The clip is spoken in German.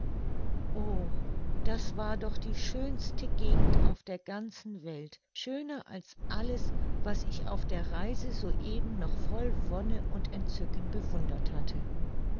o das war doch die schönste gegend auf der ganzen welt schöner als alles was ich auf der reise soeben noch voll wonne und entzücken bewundert hatte